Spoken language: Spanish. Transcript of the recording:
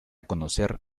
conocer